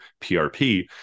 PRP